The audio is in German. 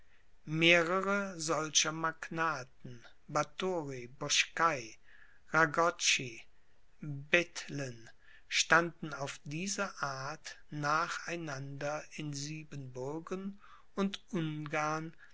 mehrere solcher magnaten bathori boschkai ragoczi bethlen standen auf diese art nach einander in siebenbürgen und ungarn